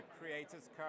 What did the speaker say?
Creator's